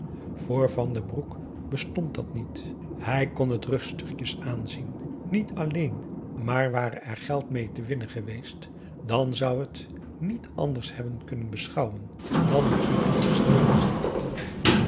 voor van den broek bestond dat niet hij kon het rustigjes aanzien niet alleen maar ware er geld mee te winnen geweest dan zou hij t niet anders hebben kunnen beschouwen dan met een onverschillig gezicht